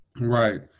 Right